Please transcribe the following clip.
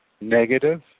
negative